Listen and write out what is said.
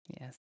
Yes